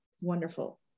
Wonderful